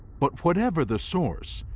but whatever the source,